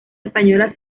española